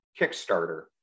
Kickstarter